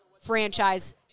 franchise